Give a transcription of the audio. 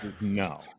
no